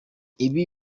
ibi